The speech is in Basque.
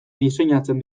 diseinatzen